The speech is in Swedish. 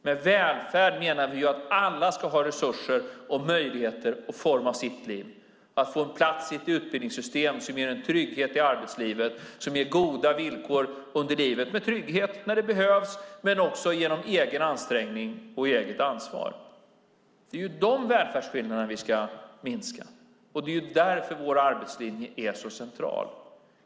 Med välfärd menar vi att alla ska ha resurser och möjligheter att forma sitt liv, att få en plats i ett utbildningssystem som ger en trygghet i arbetslivet, som ger goda villkor under livet, med trygghet när det behövs men också genom egen ansträngning och eget ansvar. Det är sådana välfärdsskillnader vi ska minska. Det är därför vår arbetslinje är så central.